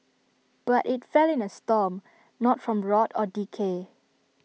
but IT fell in A storm not from rot or decay